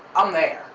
i'm there,